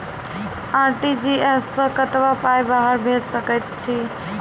RTGS सअ कतबा पाय बाहर भेज सकैत छी?